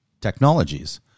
technologies